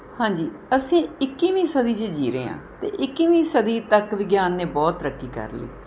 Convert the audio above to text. ਹਾਂਜੀ ਅਸੀਂ ਇੱਕੀਵੀਂ ਸਦੀ 'ਚ ਜੀ ਰਹੇ ਆਂ ਤੇ ਇੱਕੀਵੀਂ ਸਦੀ ਤੱਕ ਵਿਗਿਆਨ ਨੇ ਬਹੁਤ ਤਰੱਕੀ ਕਰ ਲਈ